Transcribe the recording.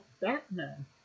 Batman